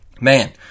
Man